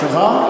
סליחה?